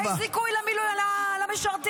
תשמע את הנתונים פעם בשבוע.